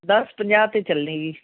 ਦਸ ਪੰਜਾਹ 'ਤੇ ਚੱਲੇਗੀ